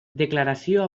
declaració